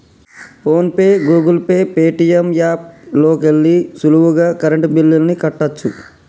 phone pay, Google Pay, Paytm app లోకెల్లి సులువుగా current బిల్లుల్ని కట్టచ్చు